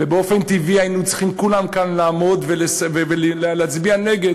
ובאופן טבעי היינו צריכים כולנו כאן לעמוד ולהצביע נגד.